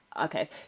Okay